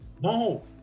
No